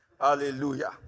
Hallelujah